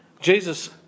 Jesus